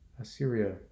Assyria